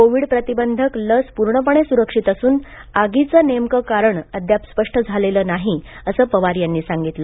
Covid प्रतिबंधक लस पूर्णपणे सुरक्षित असून आगीचे नेमके कारण अद्याप स्पष्ट झालेले नाही असे पवार यांनी सांगितले